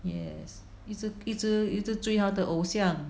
yes 一直一直一直追她的偶像